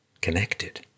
connected